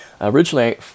originally